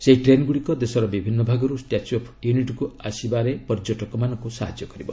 ସେହି ଟ୍ରେନ୍ ଗୁଡ଼ିକ ଦେଶର ବିଭିନ୍ନ ଭାଗରୁ ଷ୍ଟାଚ୍ୟୁ ଅଫ୍ ୟୁନିଟିକୁ ଆସିବାରେ ପର୍ଯ୍ୟଟକମାନଙ୍କୁ ସାହାଯ୍ୟ କରିବ